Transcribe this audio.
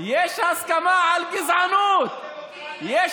מדינה יהודית ודמוקרטית,